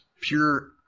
pure